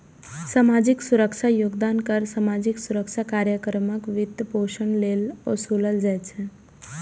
सामाजिक सुरक्षा योगदान कर सामाजिक सुरक्षा कार्यक्रमक वित्तपोषण लेल ओसूलल जाइ छै